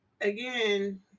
again